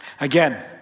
again